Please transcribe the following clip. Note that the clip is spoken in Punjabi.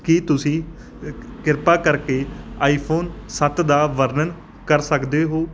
ਕੀ ਤੁਸੀਂ ਕਿਰਪਾ ਕਰਕੇ ਆਈਫੋਨ ਸੱਤ ਦਾ ਵਰਣਨ ਕਰ ਸਕਦੇ ਹੋ